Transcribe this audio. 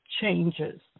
changes